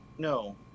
No